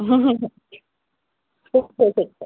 हूं हूं हूं ठीकु आहे ठीकु आहे